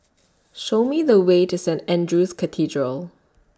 Show Me The Way to Saint Andrew's Cathedral